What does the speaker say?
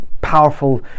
powerful